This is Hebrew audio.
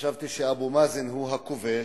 חשבתי שאבו מאזן הוא הכובש,